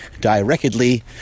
directly